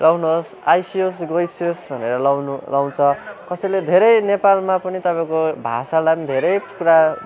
आउनुहोस् आइसियोस् गइसियोस् भनेर लाउनु लाउँछ कसैले धेरै नेपालमा पनि तपाईँको भाषालाई पनि धेरै पुरा